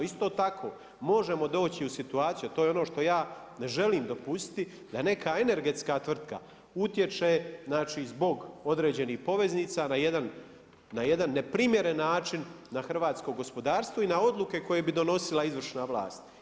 Isto tako, možemo doći u situaciju, a to je ono što ja ne želim dopustiti da neka energetska tvrtka utječe znači zbog određenih poveznica na jedan neprimjeren način na hrvatsko gospodarstvo i na odluke koje bi donosila izvršna vlast.